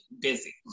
busy